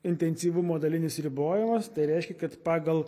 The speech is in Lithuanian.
intensyvumo dalinis ribojimas tai reiškia kad pagal